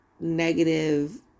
negative